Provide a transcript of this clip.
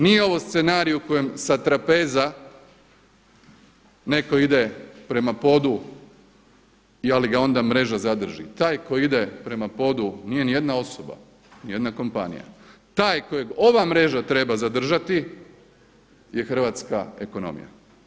Nije ovo scenarij u kojem sa trapeza neko ide prema podu ali ga onda mreža zadrži, taj koji ide prema podu nije nijedna osoba, nijedna kompanija, taj kojeg ova mreža treba zadržati je hrvatska ekonomija.